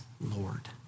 Lord